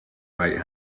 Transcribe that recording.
right